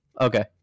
Okay